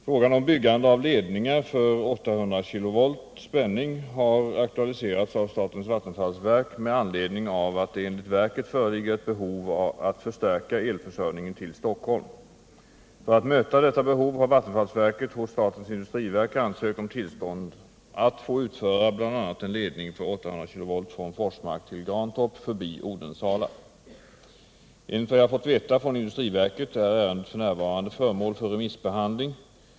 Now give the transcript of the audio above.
Frågan om byggande av ledningar för 800 kV spänning har aktualiserats av statens vattenfallsverk med anledning av att det enligt verket föreligger ett behov att förstärka elförsörjningen till Stockholm. För att möta detta behov har vattenfallsverket hos statens industriverk ansökt om tillstånd att få utföra bl.a. en ledning för 800 kV från Forsmark till Grantorp förbi Odensala. Enligt vad jag fått veta från industriverket är ärendet f. n. föremål för remissbehandling.